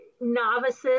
novices